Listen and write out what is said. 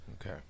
Okay